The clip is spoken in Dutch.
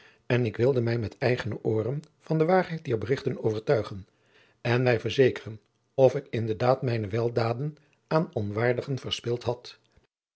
en ik wilde mij met eigene ooren van de waarheid dier berichten overtuigen en mij verzekeren of ik in de daad mijne weldaden aan onwaardigen verspild had